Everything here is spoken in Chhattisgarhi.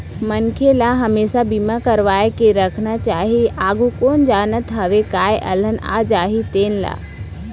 मनखे ल हमेसा बीमा करवा के राखना चाही, आघु कोन जानत हवय काय अलहन आ जाही तेन ला